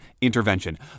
intervention